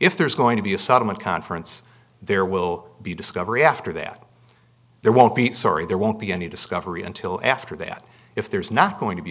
if there's going to be a sudden conference there will be discovery after that there won't be sorry there won't be any discovery until after that if there's not going to be